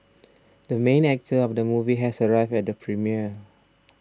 the main actor of the movie has arrived at the premiere